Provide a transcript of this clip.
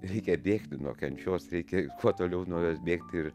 reikia bėgti nuo kančios reikia kuo toliau nuo jos bėgti ir